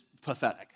pathetic